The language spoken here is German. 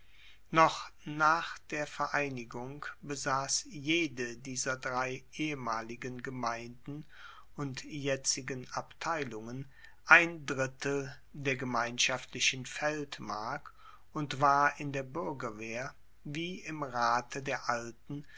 noch nach der vereinigung besass jede dieser drei ehemaligen gemeinden und jetzigen abteilungen ein drittel der gemeinschaftlichen feldmark und war in der buergerwehr wie im rate der alten